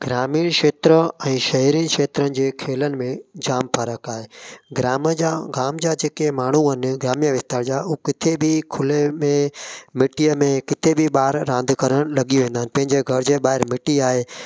ग्रामीण क्षेत्र ऐं शहरी क्षेत्रनि जे खेलनि में जामु फ़र्क़ु आहे ग्राम जा गाम जा जेके माण्हू आहिनि ग्रामीण विस्तार जा हू किथे बि खुले में मिटी में किथे बि ॿार रांदि करणु लॻी वेंदा आहिनि पंहिंजे घर जे ॿाहिरि मिटी आहे